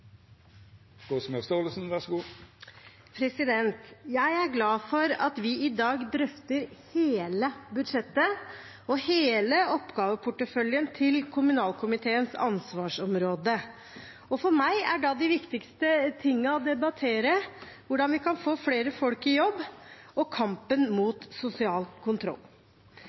glad for at vi i dag drøfter hele budsjettet og hele oppgaveporteføljen til kommunalkomiteens ansvarsområde. For meg er de viktigste tingene å debattere hvordan vi kan få flere folk i jobb, og kampen mot sosial kontroll.